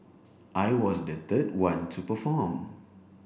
I was the third one to perform